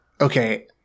okay